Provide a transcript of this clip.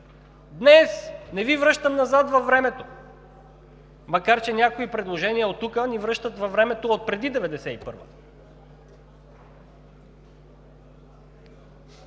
Днес! Не Ви връщам назад във времето, макар че някои предложения от тук ни връщат във времето от преди 1991